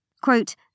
Quote